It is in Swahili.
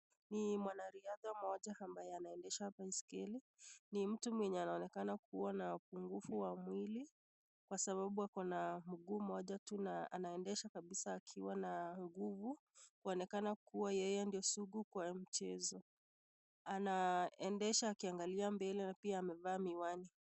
Ni mwanariadha mmoja ambaye anaendesha baiskeli. Ni mtu mwenye anaonekana kuwa ako na upungufu wa mwili kwa sababu ako na mguu moja na anendea kabisa akiwa na nguvu kuonekana kuwa yeye ndo suku kwa mchezo. Anaendesha akiangalia mbele pia amevaa miwani.